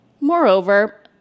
moreover